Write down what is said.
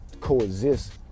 coexist